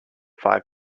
five